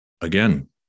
again